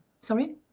Sorry